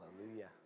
Hallelujah